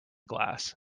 glass